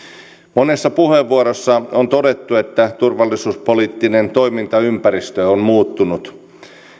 monessa puheenvuorossa on todettu että turvallisuuspoliittinen toimintaympäristö on muuttunut